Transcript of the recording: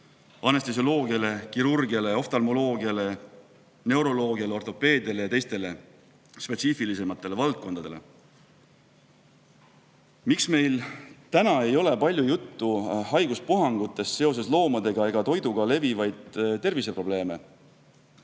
anestesioloogiale, kirurgiale, oftalmoloogiale, neuroloogiale, ortopeediale ja teistele spetsiifilisematele valdkondadele. Miks meil ei ole tänapäeval palju juttu haiguspuhangutest seoses loomadega ega toiduga levivaid terviseprobleeme?